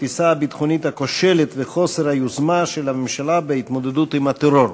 התפיסה הביטחונית הכושלת וחוסר היוזמה של הממשלה בהתמודדות עם הטרור.